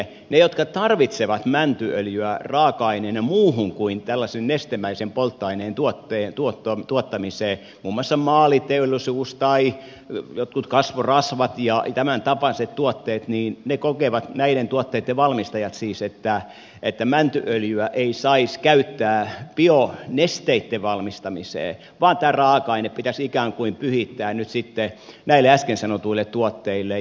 ne jotka tarvitsevat mäntyöljyä raaka aineena muuhun kuin tällaisen nestemäisen polttoaineen tuottamiseen muun muassa maaliteollisuus tai jotkut kasvorasvat ja tämäntapaiset tuotteet niin näiden tuotteitten valmistajat kokevat että mäntyöljyä ei saisi käyttää bionesteitten valmistamiseen vaan tämä raaka aine pitäisi ikään kuin pyhittää nyt sitten näille äsken sanotuille tuotteille